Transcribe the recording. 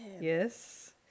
Yes